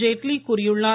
ஜேட்லி கூறியுள்ளார்